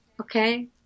okay